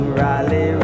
rally